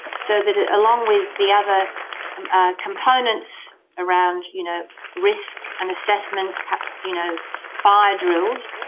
so that, ah along with the other um ah components around you know risk and assessment perhaps, you know fire drills.